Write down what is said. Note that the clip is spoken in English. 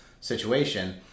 situation